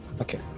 okay